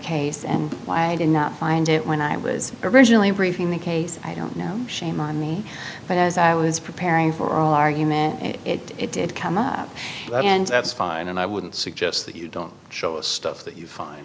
case and why i did not find it when i was originally briefing the case i don't know shame on me but as i was preparing for all argument it did come up and that's fine and i wouldn't suggest that you don't show the stuff that you fin